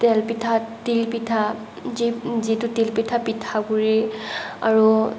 তেল পিঠাত তিল পিঠা যি যিটো তিল পিঠা পিঠাগুৰি আৰু